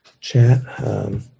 chat